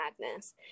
madness